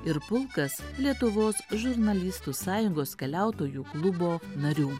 ir pulkas lietuvos žurnalistų sąjungos keliautojų klubo narių